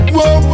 Whoa